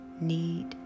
need